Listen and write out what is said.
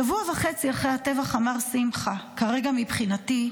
שבוע וחצי אחרי הטבח אמר שמחה: כרגע מבחינתי,